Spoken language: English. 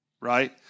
right